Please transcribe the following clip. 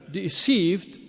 deceived